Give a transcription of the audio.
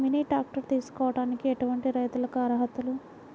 Mini tractor తీసుకోవడానికి ఎటువంటి రైతులకి అర్హులు?